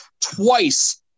twice